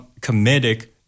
comedic